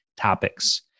topics